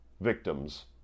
victims